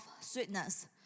sweetness